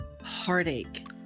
heartache